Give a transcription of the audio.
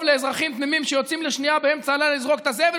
לאזרחים תמימים שיוצאים לשנייה באמצע הלילה לזרוק את הזבל,